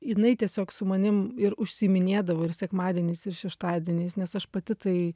jinai tiesiog su manim ir užsiiminėdavo ir sekmadieniais ir šeštadieniais nes aš pati tai